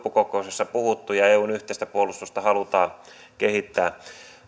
nyt on huippukokouksessa puhuttu ja eun yhteistä puolustusta halutaan kehittää